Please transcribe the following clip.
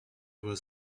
was